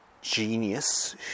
genius